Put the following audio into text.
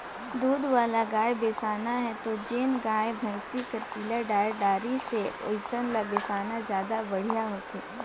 दूद वाला गाय बिसाना हे त जेन गाय, भइसी हर पिला डायर दारी से ओइसन ल बेसाना जादा बड़िहा होथे